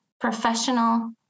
professional